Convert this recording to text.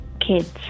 kids